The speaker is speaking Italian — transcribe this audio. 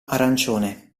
arancione